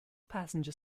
passenger